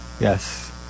Yes